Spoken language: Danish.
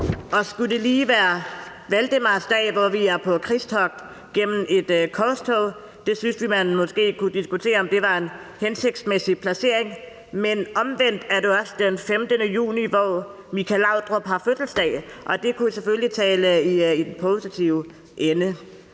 Og skal det lige være valdemarsdag, hvor vi var på krigstogt gennem et korstog, synes vi måske man kan diskutere, hvorvidt det er en hensigtsmæssig placering. Men omvendt er det jo også den 15. juni, at det er Michael Laudrups fødselsdag – det kunne selvfølgelig tale positivt for